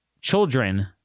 children